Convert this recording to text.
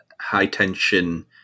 high-tension